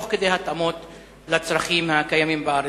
תוך התאמות לצרכים הקיימים בארץ.